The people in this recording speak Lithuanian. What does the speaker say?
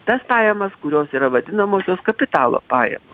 tas pajamas kurios yra vadinamosios kapitalo pajamos